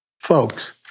Folks